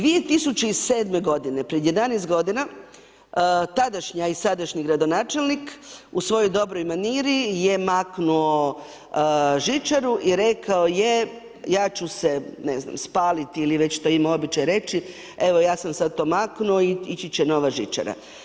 2007. godine, pred 11 godina, tadašnji, a i sadašnji gradonačelnik, u svojoj dobroj maniri je maknuo žičaru i rekao je ja ću se ne znam, spaliti ili već što ima običaj reći, evo ja sam sad to maknuo i ići će nova žičara.